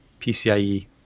PCIe